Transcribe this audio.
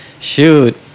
shoot